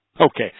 Okay